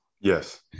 Yes